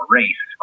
race